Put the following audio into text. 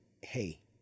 hey